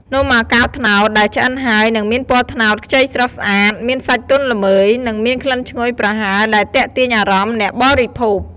នំអាកោរត្នោតដែលឆ្អិនហើយ នឹងមានពណ៌ត្នោតខ្ចីស្រស់ស្អាត មានសាច់ទន់ល្មើយ និងមានក្លិនឈ្ងុយប្រហើរដែលទាក់ទាញអារម្មណ៍អ្នកបរិភោគ។